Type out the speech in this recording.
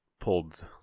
Pulled